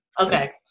Okay